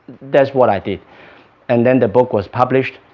that's what i did and then the book was published